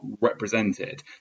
represented